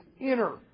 inner